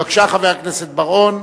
בבקשה, חבר הכנסת בר-און,